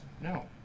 No